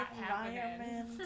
environment